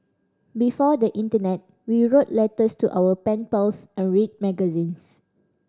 before the internet we wrote letters to our pen pals and read magazines